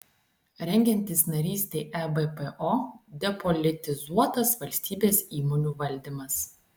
rengiantis narystei ebpo depolitizuotas valstybės įmonių valdymas